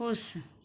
खुश